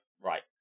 Right